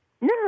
No